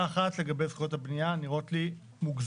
לגבי זכויות הבנייה הן נראות לי מוגזמות.